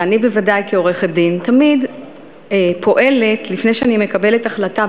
ואני בוודאי כעורכת-דין תמיד פועלת לפני שאני מקבלת החלטה,